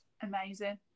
amazing